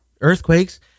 Earthquakes